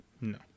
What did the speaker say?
No